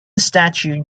statue